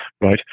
Right